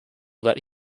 that